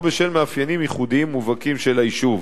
או בשל מאפיינים ייחודיים מובהקים של היישוב.